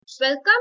Welcome